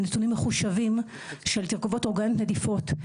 זה נתונים מחושבים של תרכובות אורגניות נדיפות,